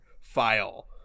file